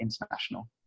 international